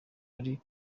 ari